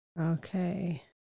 Okay